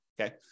okay